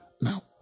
Now